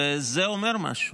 וזה אומר משהו,